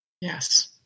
Yes